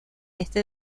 este